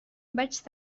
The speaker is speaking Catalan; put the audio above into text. vaig